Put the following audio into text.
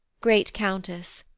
great countess,